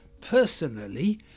personally